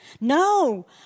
No